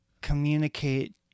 communicate